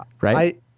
right